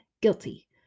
guilty